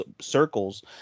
circles